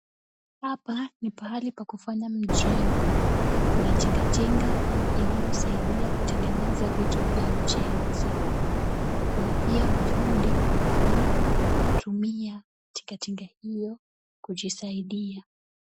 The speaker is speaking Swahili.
Hapa ni pahali pa kufanya mjengo kuna tinga tinga inayosaidia kutengeneza vitu vya ujenzi. Kuna pia mafundi wanaotumia tinga tinga hiyo kujisaidia.